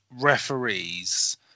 referees